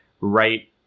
right